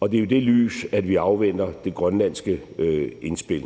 og det er jo i det lys, vi afventer det grønlandske indspil.